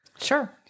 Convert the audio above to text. Sure